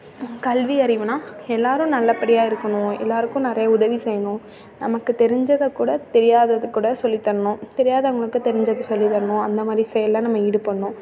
கல்வி அறிவுன்னா எல்லோரும் நல்லபடியாக இருக்கணும் எல்லோருக்கும் நிறையா உதவி செய்யணும் நமக்கு தெரிஞ்சதைக் கூட தெரியாததைக் கூட சொல்லித் தரணும் தெரியாதவங்களுக்கு தெரிஞ்சதை சொல்லித் தரணும் அந்தமாதிரி செயலில் நம்ம ஈடுபடணும்